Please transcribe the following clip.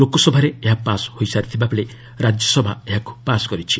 ଲୋକସଭାରେ ଏହା ପାସ୍ ହୋଇ ସାରିଥିବା ବେଳେ ରାଜ୍ୟସଭା ଏହାକୁ ପାସ୍ କରିଛି